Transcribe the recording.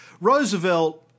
Roosevelt